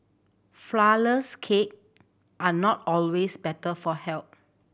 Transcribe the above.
flourless cake are not always better for health